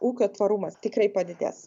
ūkio tvarumas tikrai padidės